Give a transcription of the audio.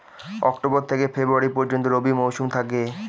October থেকে February পর্যন্ত রবি মৌসুম থাকে